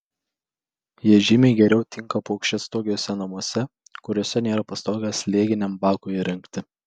jie žymiai geriau tinka plokščiastogiuose namuose kuriuose nėra pastogės slėginiam bakui įrengti